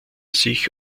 sich